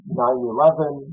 9-11